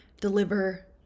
deliver